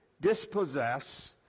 dispossess